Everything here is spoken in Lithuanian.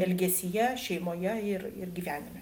elgesyje šeimoje ir ir gyvenime